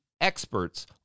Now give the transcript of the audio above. experts